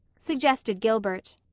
suggested gilbert.